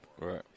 right